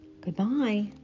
Goodbye